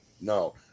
no